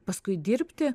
paskui dirbti